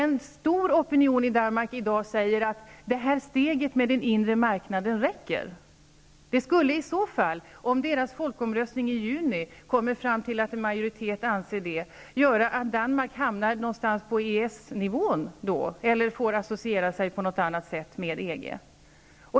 En kraftig opinion i Danmark säger i dag att det här steget med den inre marknaden räcker. Det skulle, om man vid den danska folkomröstningen i juni kommer fram till att en majoritet anser att detta är riktigt, göra att Danmark hamnar någonstans på EES-nivån eller får associera sig på något annat sätt med EG.